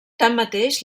tanmateix